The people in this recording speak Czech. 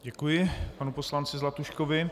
Děkuji panu poslanci Zlatuškovi.